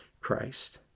Christ